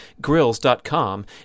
grills.com